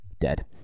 dead